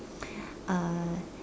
uh